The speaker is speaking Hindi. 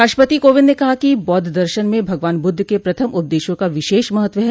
राष्ट्रपति कोविन्द ने कहा कि बौद्ध दर्शन में भगवान बुद्ध के प्रथम उपदेशों का विशेष महत्व है